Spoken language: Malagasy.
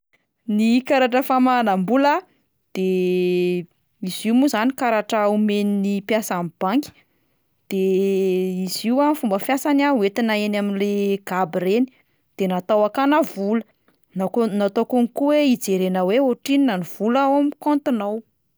Ny karatra famahanam-bola de izy io moa zany karatra omen'ny mpiasan'ny banky, de izy io a fomba fiasany a ho entina eny amin'le GAB reny de natao hakana vola, na ko- natao konko hoe hijerena hoe ohatrinona ny vola ao amin'ny kaontinao.